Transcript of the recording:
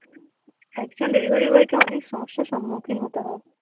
একজন ডেলিভারি বয়কে অনেক সমস্যার সম্মুখীন হতে হয়